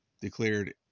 declared